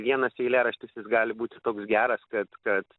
vienas eilėraštis jis gali būti toks geras kad kad